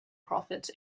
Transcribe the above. profits